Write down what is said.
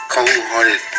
Cold-hearted